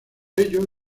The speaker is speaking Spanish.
ello